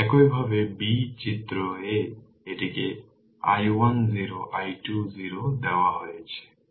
এবং একইভাবে b চিত্র a এটিকে i1 0 i2 0 দেওয়া হয়েছে